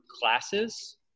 classes